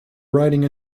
writing